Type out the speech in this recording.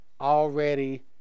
Already